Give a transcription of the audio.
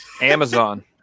amazon